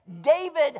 David